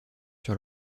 sur